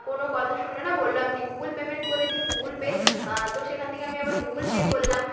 কোনও কথা শুনলো না বললো আপনি গুগল পেমেন্ট করে দিন গুগল পে তো সেখান থেকে আমি আবার গুগল পে করলাম